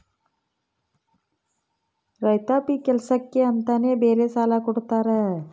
ರೈತಾಪಿ ಕೆಲ್ಸಕ್ಕೆ ಅಂತಾನೆ ಬೇರೆ ಸಾಲ ಕೊಡ್ತಾರ